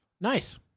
Nice